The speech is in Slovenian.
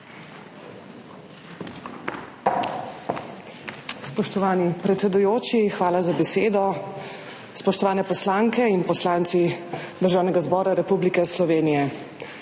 Spoštovani predsedujoči, hvala za besedo. Spoštovane poslanke in poslanci Državnega zbora Republike Slovenije!